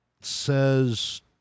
says